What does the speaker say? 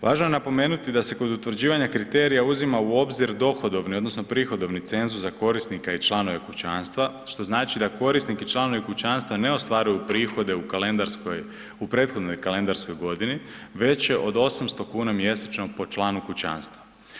Važno je napomenuti da se kod utvrđivanja kriterija uzima u obzir dohodovni odnosno prihodovni cenzus za korisnika i članove kućanstva, što znači da korisnik i članovi kućanstva ne ostvaruju prihode u prethodnoj kalendarskoj godini veće od 800 kuna mjesečno po članu kućanstva.